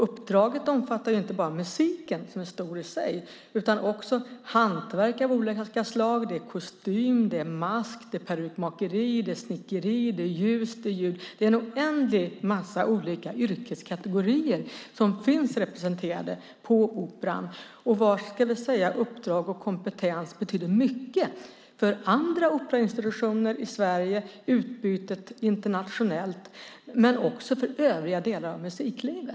Uppdraget omfattar inte bara musiken, som är stor i sig, utan också hantverk av olika slag. Det är kostym, mask, perukmakeri, snickeri, ljus och ljud. Det är en oändlig massa olika yrkeskategorier som finns representerade på Operan. Deras uppdrag och kompetens betyder mycket för andra operainstitutioner i Sverige, för det internationella utbytet och för övriga delar av musiklivet.